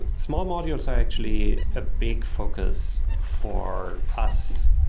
ah small modules are actually a big focus for us